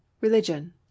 Religion